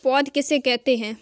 पौध किसे कहते हैं?